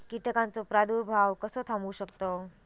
कीटकांचो प्रादुर्भाव कसो थांबवू शकतव?